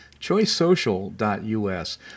choicesocial.us